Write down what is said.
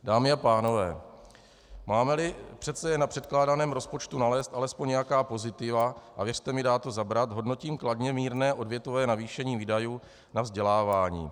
Dámy a pánové, mámeli přece jen na předkládaném rozpočtu nalézt alespoň nějaká pozitiva, a věřte mi, dá to zabrat, hodnotím kladně mírné odvětvové navýšení výdajů na vzdělávání.